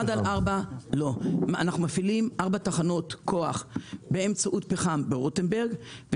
אנחנו מפעילים ארבע תחנות כוח באמצעות פחם ברוטנברג.